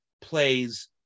plays